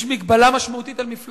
יש מגבלה משמעותית על מפלגות,